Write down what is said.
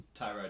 Tyrod